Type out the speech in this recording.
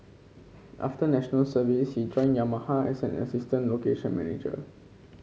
after National Service he joined Yamaha as an assistant location manager